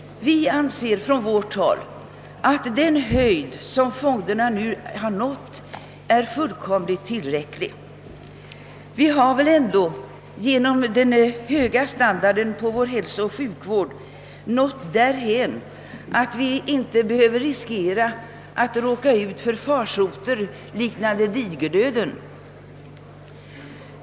Vi anser på vårt håll att den höjd som fonderna nu har nått är fullkomligt tillräcklig. Vi har väl ändå genom vår höga standard på hälsooch sjukvården nått därhän att vi inte behöver riskera att råka ut för farsoter liknande digerdöden.